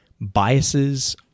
biases